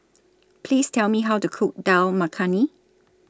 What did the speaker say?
Please Tell Me How to Cook Dal Makhani